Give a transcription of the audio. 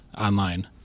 online